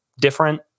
different